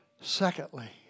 Secondly